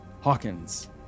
Hawkins